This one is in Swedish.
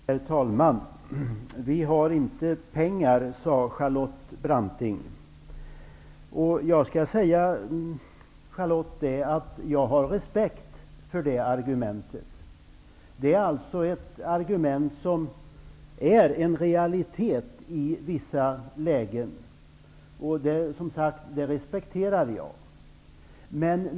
Herr talman! Vi har inte pengar, sade Charlotte Branting. Jag skall säga att jag har respekt för det argumentet. Det är alltså ett argument som är en realitet i vissa lägen. Det respekterar jag som sagt.